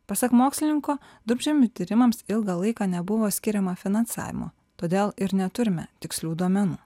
pasak mokslininko durpžemių tyrimams ilgą laiką nebuvo skiriama finansavimo todėl ir neturime tikslių duomenų